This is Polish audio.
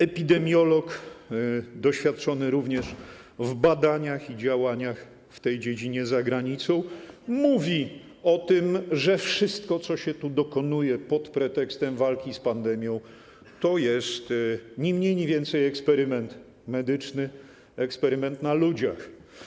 Epidemiolog doświadczony również w badaniach i działaniach w tej dziedzinie za granicą mówi o tym, że wszystko, co tu się dokonuje pod pretekstem walki z pandemią, jest ni mniej, ni więcej, tylko eksperymentem medycznym, eksperymentem na ludziach.